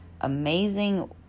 Amazing